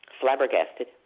flabbergasted